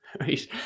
Right